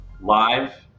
live